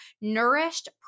Nourished